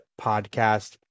podcast